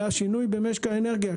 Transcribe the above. זה השינוי במשק האנרגיה,